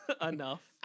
enough